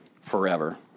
forever